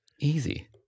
Easy